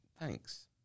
Thanks